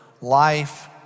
life